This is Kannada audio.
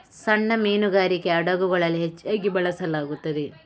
ಸಣ್ಣ ಮೀನುಗಾರಿಕೆ ಹಡಗುಗಳಲ್ಲಿ ಹೆಚ್ಚಾಗಿ ಬಳಸಲಾಗುತ್ತದೆ